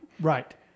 Right